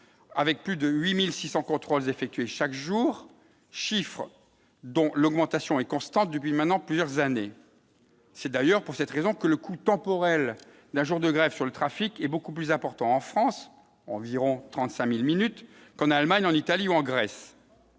avec plus de 8600 contrôles effectués chaque jour, chiffres dont l'augmentation est constante depuis maintenant plusieurs années, c'est d'ailleurs pour cette raison que le coût temporel, la journée de grève sur le trafic est beaucoup plus important en France, environ 35000 minutes qu'en Allemagne, en Italie ou en Grèce.